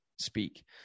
speak